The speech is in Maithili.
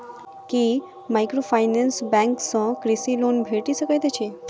की माइक्रोफाइनेंस बैंक सँ कृषि लोन भेटि सकैत अछि?